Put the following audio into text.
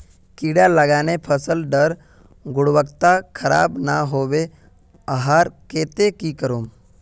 कीड़ा लगाले फसल डार गुणवत्ता खराब ना होबे वहार केते की करूम?